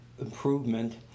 improvement